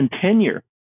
tenure